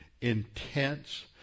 intense